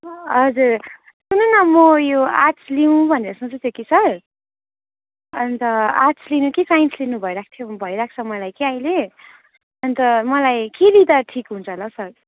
हजुर सुन्नु होस् न म यो आर्ट्स लिउँ भनेर सोच्दै थिएँ कि सर अन्त आर्ट्स लिनु कि साइन्स लिनु भइरहेको थियो भइरहेको छ मलाई कि अहिले अन्त मलाई के लिँदा ठिक हुन्छ होला हौ सर